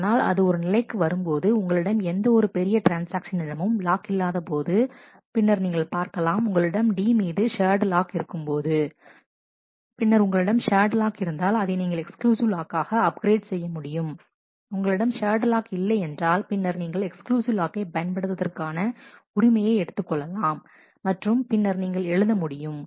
ஆனால் அது ஒரு நிலைக்கு வரும்போது உங்களிடம் எந்த ஒரு பெரிய ட்ரான்ஸ்ஆக்ஷனிடமும் லாக் இல்லாத போது பின்னர் நீங்கள் பார்க்கலாம் உங்களிடம் D மீது ஷேர்டு லாக் இருக்கும்போது பின்னர் உங்களிடம் ஷேர்டு லாக் இருந்தால் அதை நீங்கள் எக்ஸ்க்ளூசிவ் லாக்காக அப்கிரேட் செய்ய முடியும் உங்களிடம் ஷேர்டு லாக் இல்லை என்றால் பின்னர் நீங்கள் எக்ஸ்க்ளூசிவ் லாக்கை பயன்படுத்துவதற்கான உரிமையை எடுத்துக் கொள்ளலாம் மற்றும் பின்னர் நீங்கள் எழுத முடியும்